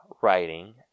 writing